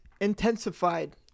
intensified